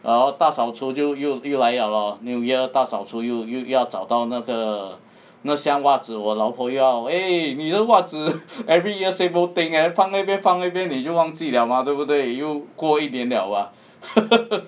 然后大扫除就又又来 liao lor new year 大扫除又又又要找到那个那箱袜子我老婆又要 eh 你的袜子 every year same old thing eh every year 放那边放那边你就忘记了嘛对不对又过一年了 mah